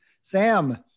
Sam